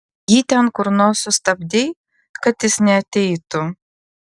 jį ten kur nors sustabdei kad jis neateitų